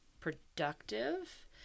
productive